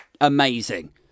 amazing